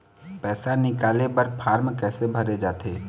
पैसा निकाले बर फार्म कैसे भरे जाथे?